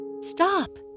Stop